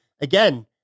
again